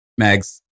Megs